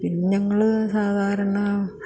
പിന്നെ ഞങ്ങൾ സാധാരണ